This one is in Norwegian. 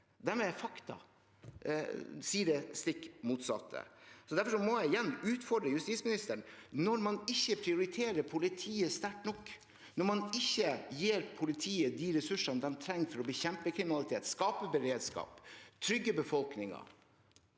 De lyver ikke, de er fakta. Derfor må jeg igjen utfordre justisministeren: Når man ikke prioriterer politiet sterkt nok, når man ikke gir politiet de ressursene de trenger for å bekjempe kriminalitet, skape beredskap og trygge befolkningen,